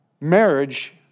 Marriage